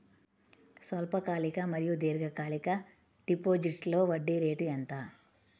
స్వల్పకాలిక మరియు దీర్ఘకాలిక డిపోజిట్స్లో వడ్డీ రేటు ఎంత?